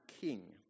king